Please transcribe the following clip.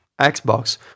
Xbox